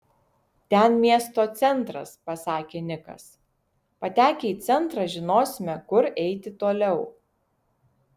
ten miesto centras pasakė nikas patekę į centrą žinosime kur eiti toliau